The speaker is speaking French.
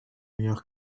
meilleur